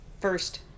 first